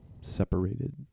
separated